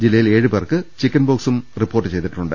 ജില്ലയിൽ ഇന്നലെ ഏഴുപേർക്ക് ചിക്കൻപോക്സും റിപ്പോർട്ട് ചെയ്തിട്ടുണ്ട്